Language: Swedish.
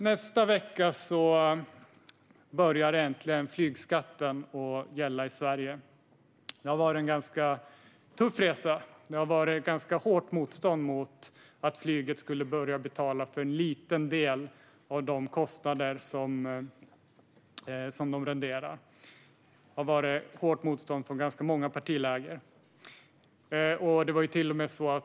Nästa vecka börjar äntligen flygskatten att gälla i Sverige. Det har varit en ganska tuff resa. Det har varit ganska hårt motstånd mot att flyget skulle börja betala en liten del av de kostnader det ger upphov till. Det har varit hårt motstånd i ganska många partiläger.